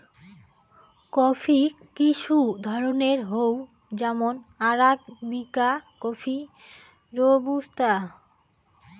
coffee কিসু ধরণের হই যেমন আরাবিকা কফি, রোবুস্তা